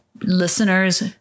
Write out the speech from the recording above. listeners